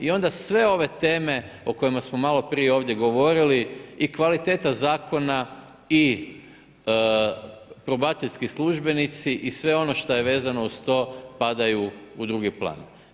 I onda sve ove teme o kojima smo malo prije ovdje govorili i kvaliteta zakona i probacijski službenici i sve ono što je vezano uz to padaju u drugi plan.